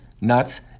nuts